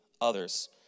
others